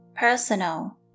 personal